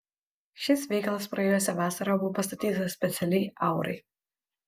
šis veikalas praėjusią vasarą buvo pastatytas specialiai aurai